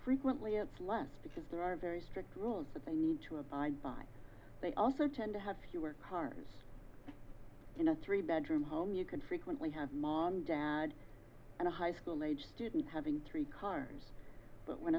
frequently it's less because there are very strict rules that they need to abide by they also tend to have fewer cars in a three bedroom home you can frequently have mom dad and a high school aged student having three cars but when